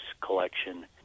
Collection